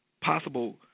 possible